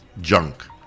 junk